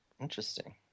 interesting